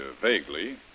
vaguely